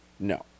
No